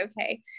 okay